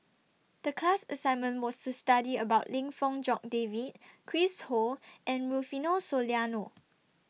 The class assignment was to study about Lim Fong Jock David Chris Ho and Rufino Soliano